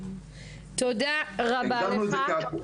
תודה רבה לך.